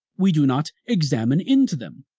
we do not examine into them.